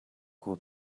хүү